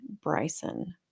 Bryson